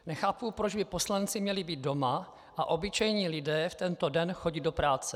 Nechápu, proč by poslanci měli být doma a obyčejní lidé v tento den chodit do práce.